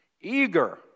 eager